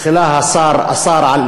תחילה השר אסר,